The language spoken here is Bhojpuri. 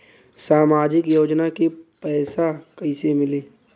सामाजिक योजना के पैसा कइसे मिली?